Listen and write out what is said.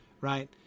right